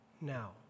now